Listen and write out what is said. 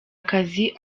akazi